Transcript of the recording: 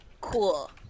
Cool